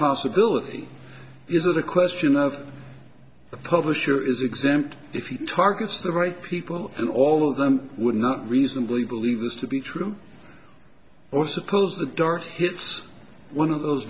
possibility is that a question of the publisher is exempt if he targets the right people and all of them would not reasonably believe this to be true or suppose the dark hits one of those